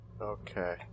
Okay